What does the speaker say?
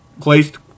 placed